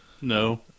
No